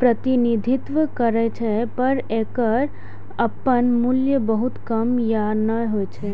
प्रतिनिधित्व करै छै, पर एकर अपन मूल्य बहुत कम या नै होइ छै